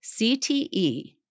CTE